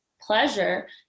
pleasure